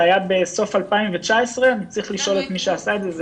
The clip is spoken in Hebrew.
זה היה בסוף 2019. אני צריך לפנות למי שעשה את זה.